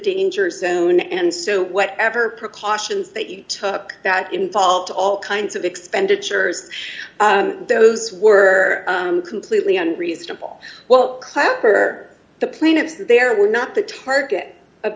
danger zone and so whatever precautions that you took that involved all kinds of expenditures those were completely unreasonable well clapper the plaintiffs there were not the target of